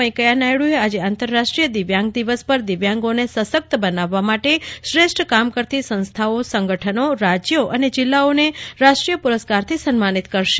વૈંકેયા નાયડુ આજે આંતરરાષ્ટ્રીય દિવ્યાંગ દિવસ પર દિવ્યાંગોને સશક્ત બનાવવા માટે શ્રેષ્ઠ કામ કરતી સંસ્થાઓ સંગઠનો રાજ્યો અને જિલ્લાઓને રાષ્ટ્રીય પુરસ્કારથી સન્માનિત કરશે